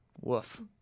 Woof